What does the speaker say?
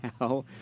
now